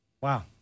Wow